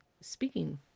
speaking